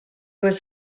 was